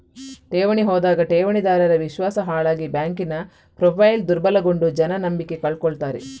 ಠೇವಣಿ ಹೋದಾಗ ಠೇವಣಿದಾರರ ವಿಶ್ವಾಸ ಹಾಳಾಗಿ ಬ್ಯಾಂಕಿನ ಪ್ರೊಫೈಲು ದುರ್ಬಲಗೊಂಡು ಜನ ನಂಬಿಕೆ ಕಳ್ಕೊತಾರೆ